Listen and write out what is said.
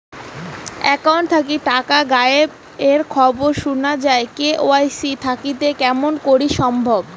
Account থাকি টাকা গায়েব এর খবর সুনা যায় কে.ওয়াই.সি থাকিতে কেমন করি সম্ভব?